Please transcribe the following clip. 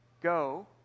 go